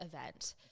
event